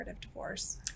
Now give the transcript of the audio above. divorce